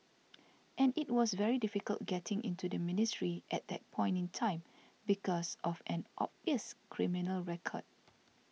and it was very difficult getting into the ministry at that point in time because of an obvious criminal record